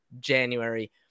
January